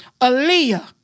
Aaliyah